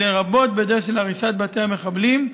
לרבות בדרך של הריסת בתי המחבלים,